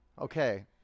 Okay